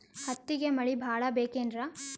ಹತ್ತಿಗೆ ಮಳಿ ಭಾಳ ಬೇಕೆನ್ರ?